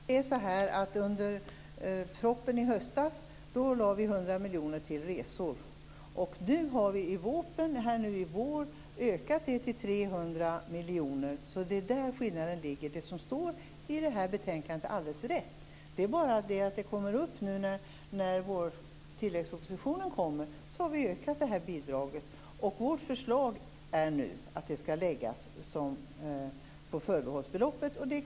Herr talman! Med anledning av propositionen i höstas lade vi 100 miljoner kronor till resor. Efter vårpropositionen har vi nu ökat det till 300 miljoner kronor. Det är där skillnaden ligger. Det som står i detta betänkande är alldeles riktigt. Det är bara det att vi ökar bidraget när tilläggspropositionen kommer. Vårt förslag är nu att pengarna skall läggas på förbehållsbeloppet.